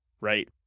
right